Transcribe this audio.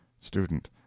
Student